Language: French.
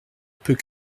peut